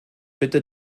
bitte